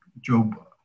Job